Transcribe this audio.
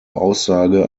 aussage